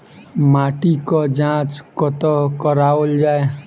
माटिक जाँच कतह कराओल जाए?